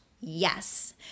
yes